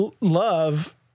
love